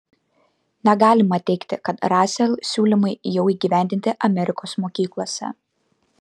negalima teigti kad rasel siūlymai jau įgyvendinti amerikos mokyklose